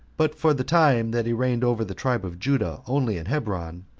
but for the time that he reigned over the tribe of judah only in hebron,